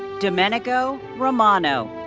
domenico romano.